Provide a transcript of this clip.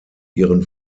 ihren